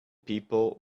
people